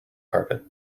carpet